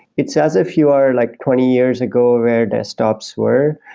it's as if you are like twenty years ago ah where desktops were,